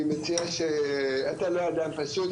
אני מציע שאתה לא אדם פשוט,